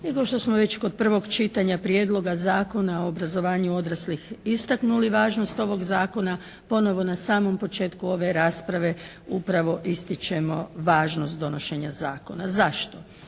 kao što smo već kod prvog čitanja prijedloga zakona o obrazovanju odraslih istaknuli važnost ovog zakona ponovo na samom početku ove rasprave upravo ističemo važnost donošenja zakona. Zašto?